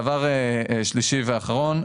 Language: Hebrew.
דבר שלישי ואחרון,